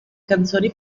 canzoni